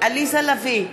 עליזה לביא,